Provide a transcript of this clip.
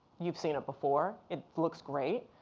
you've seen it before. it looks great.